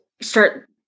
start